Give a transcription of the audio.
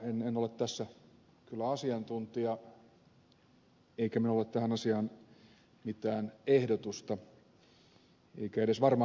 en ole tässä kyllä asiantuntija eikä minulla ole tähän asiaan mitään ehdotusta eikä edes varmaa mielipidettä